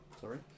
Sorry